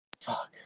fuck